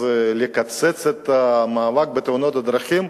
לקצץ את המאבק בתאונות הדרכים,